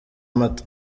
mata